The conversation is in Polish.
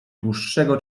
dłuższego